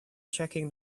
checking